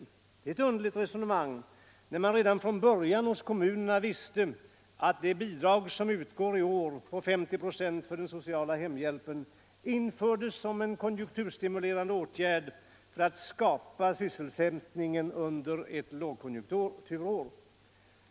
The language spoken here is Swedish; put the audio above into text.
Det är ett underligt resonemang med tanke på att man redan från början i kommunerna visste, att det 50-procentiga bidrag till den sociala hemhjälpen som utgår i år infördes som en konjunkturstimulerande åtgärd för att skapa sysselsättning under ett lågkonjunkturår.